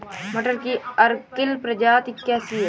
मटर की अर्किल प्रजाति कैसी है?